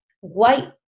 white